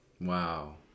Wow